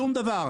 שום דבר.